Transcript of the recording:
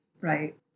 Right